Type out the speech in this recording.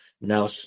now